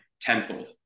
tenfold